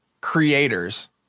creators